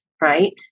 right